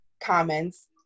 comments